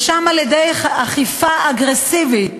ושם, על-ידי אכיפה אגרסיבית